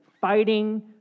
Fighting